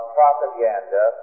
propaganda